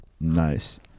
Nice